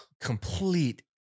complete